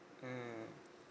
mmhmm